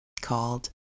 called